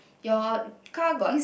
your car got